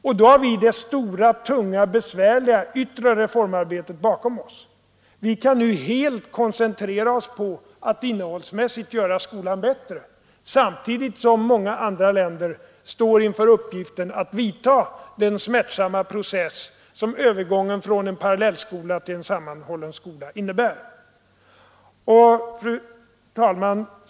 Och då har vi det stora tunga och besvärliga yttre reformarbetet bakom oss. Vi kan nu helt koncentrera oss på att innehållsmässigt göra skolan bättre samtidigt som många andra länder står inför uppgiften att göra den smärtsamma process som övergången från en parallellskola till en sammanhållen skola innebär. Fru talman!